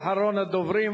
אחרון הדוברים,